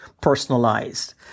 personalized